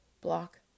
Block